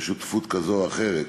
בשותפות כזאת או אחרת.